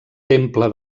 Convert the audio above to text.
temple